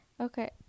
Okay